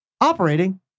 operating